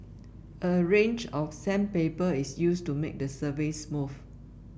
a range of sandpaper is used to make the surface smooth